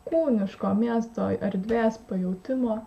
kūniško miesto erdvės pajautimo